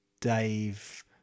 Dave